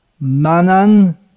Manan